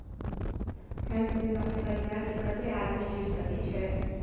Health बीमा मे परिवार के कत्ते आदमी जुर सके छै?